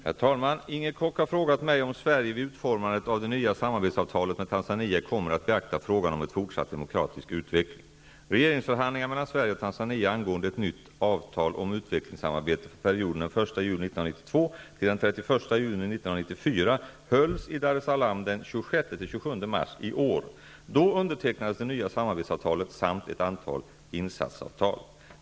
Herr talman! Inger Koch har frågat mig om Sverige vid utformandet av det nya samarbetsavtalet med Tanzania kommer att beakta frågan om en fortsatt demokratisk utveckling. 27 mars i år. Då undertecknades det nya samarbetsavtalet samt ett antal insatsavtal.